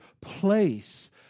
place